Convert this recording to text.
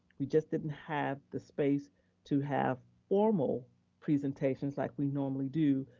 we just didn't have the space to have formal presentations like we normally do,